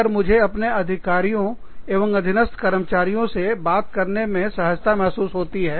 अगर मुझे अपने अधिकारियों एवं अधीनस्थ कर्मचारियों से बात करने में सहजता महसूस होती है